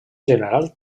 general